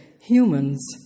humans